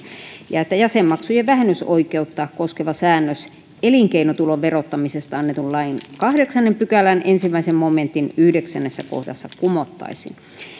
ja että jäsenmaksujen vähennysoikeutta koskeva säännös elinkeinotulon verottamisesta annetun lain kahdeksannen pykälän ensimmäisen momentin yhdeksännessä kohdassa kumottaisiin